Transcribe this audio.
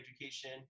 education